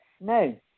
No